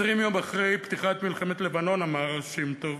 20 יום אחרי פתיחת מלחמת לבנון אמר אז שם-טוב: